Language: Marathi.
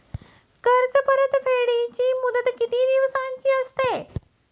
कर्ज परतफेडीची मुदत किती दिवसांची असते?